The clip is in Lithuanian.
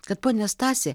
kad ponia stasė